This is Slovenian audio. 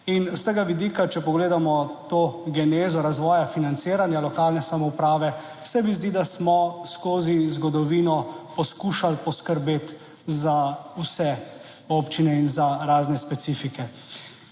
In s tega vidika, če pogledamo to genezo razvoja financiranja lokalne samouprave, se mi zdi, da smo skozi zgodovino poskušali poskrbeti za vse občine in za razne specifike.